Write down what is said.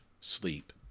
sleep